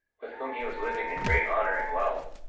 with whom he was living in great honour and wealth.